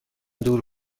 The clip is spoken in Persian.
دور